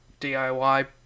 DIY